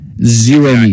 Zero